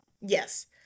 Yes